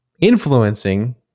influencing